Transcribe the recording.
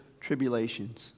tribulations